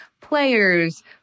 players